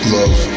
love